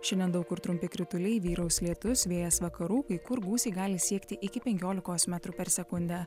šiandien daug kur trumpi krituliai vyraus lietus vėjas vakarų kai kur gūsiai gali siekti iki penkiolikos metrų per sekundę